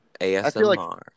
ASMR